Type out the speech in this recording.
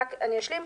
אני אשלים.